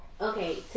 okay